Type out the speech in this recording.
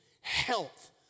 health